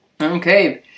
Okay